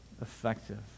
effective